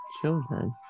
Children